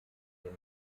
den